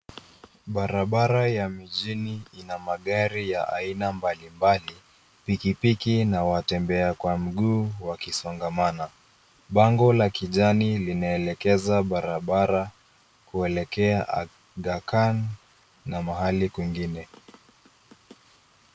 Barabara ya mijini ina magari ya aina mbalimbali pikipiki na watembea kwa mguu wakisongamana. Bango la kijani linaelekeza barabara kuelekea Agha khan na mahali kwingine.